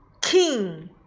king